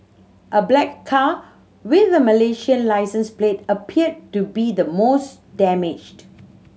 a black car with a Malaysian licence plate appeared to be the most damaged